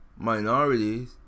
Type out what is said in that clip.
minorities